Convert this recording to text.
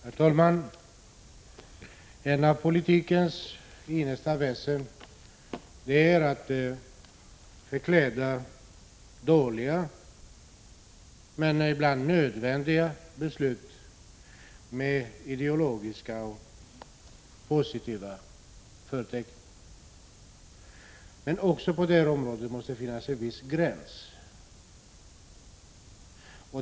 Herr talman! En av politikens viktigaste funktioner är att förse dåliga men ibland nödvändiga beslut med positiva förtecken av ideologisk natur. Men också på det området måste det finnas en gräns.